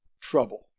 trouble